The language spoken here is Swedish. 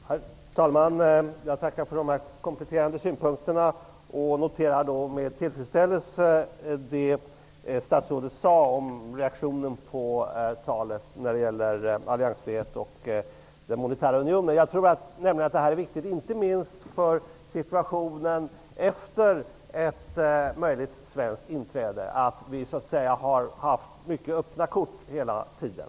Herr talman! Jag tackar för de kompletterande synpunkterna. Jag noterar med tillfredsställelse det statsrådet sade om reaktionen på talet när det gäller alliansfrihet och den monetära unionen. Jag tror att det är viktigt att vi hela tiden arbetar med öppna kort, inte minst för situationen efter ett möjligt svenskt inträde.